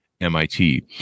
MIT